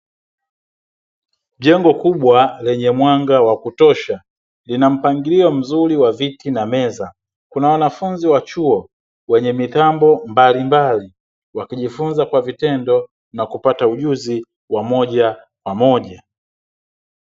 Jengo kubwa lenye mwanga wakutosha, lina mpangilio mzuri wa viti na meza. Kuna wanafunzi wa chuo wenye mitambo mbalimbali wakijifunza kwa vitendo na kupata ujuzi wa moja kwa moja.